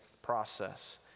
Process